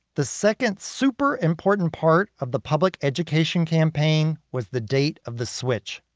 the second super-important part of the public education campaign was the date of the switch.